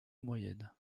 moyenne